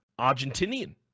Argentinian